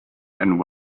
and